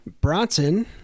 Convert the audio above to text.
Bronson